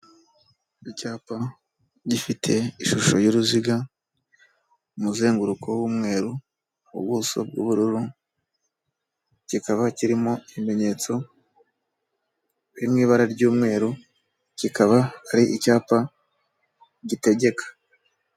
Icyapa gifite ishusho y'uruziga, umuzenguruko w'umweru, ubuso bw'ubururu, kikaba kirimo ibimenyetso biri mu ibara ry'umweru kikaba ari icyapa gitegeka.